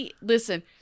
Listen